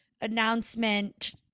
announcement